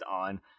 on